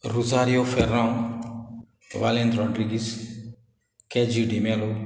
Rosario Ferrao Valendra Rodrigues KG D'Mello